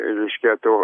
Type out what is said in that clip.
reiškia tų